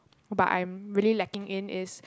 but I'm really lacking in is